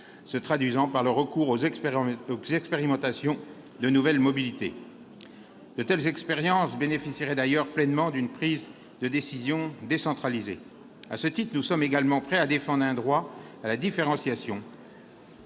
se traduisant par le recours aux expérimentations de nouvelles mobilités. De telles expérimentations bénéficieraient d'ailleurs pleinement d'une prise de décision décentralisée. À ce titre, nous sommes prêts à défendre un droit à la différenciation